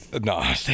No